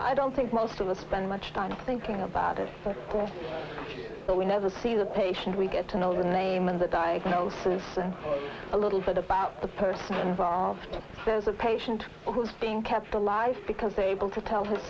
i don't think most of us spend much time thinking about it so we never see the patient we get to know the name of the diagnosis and a little bit about the person involved says a patient who's being kept alive because able to tell h